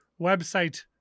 website